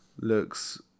Looks